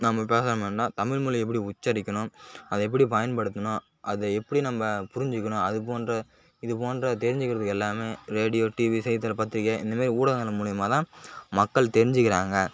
நம்ம பேசாமல் இருந்தால் தமிழ்மொழி எப்படி உச்சரிக்கணும் அதை எப்படி பயன்படுத்தணும் அதை எப்படி நம்ம புரிஞ்சுக்கணும் அது போன்ற இது போன்ற தெரிஞ்சுக்கிறதுக்கு எல்லாம் ரேடியோ டிவி செய்தித்தாள் பத்திரிக்கை இந்தமாரி ஊடகங்கள் மூலிமா தான் மக்கள் தெரிஞ்சுக்கிறாங்க